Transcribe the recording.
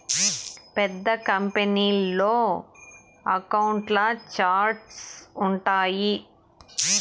పెద్ద కంపెనీల్లో అకౌంట్ల ఛార్ట్స్ ఉంటాయి